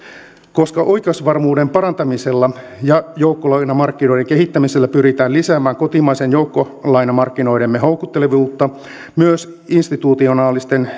koska oikeusvarmuuden parantamisella ja joukkolainamarkkinoiden kehittämisellä pyritään lisäämään kotimaisten joukkolainamarkkinoidemme houkuttelevuutta myös institutionaalisten